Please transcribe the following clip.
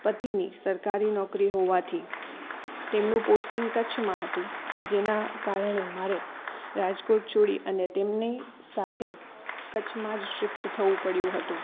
પતિની સરકારી નોકરી હોવાથી તેમનું પોસ્ટિંગ કચ્છમાં હતું જેના કારણે મારે રાજકોટ છોડી અને તેમની સાથે કચ્છમાં જ શિફ્ટ થવું પડ્યું હતું